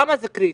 למה זה קריטי?